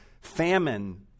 famine